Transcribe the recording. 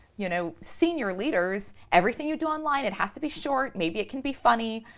you know, senior leaders everything you do online, it has to be short maybe it can be funny.